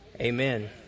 Amen